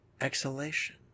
exhalation